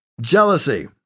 Jealousy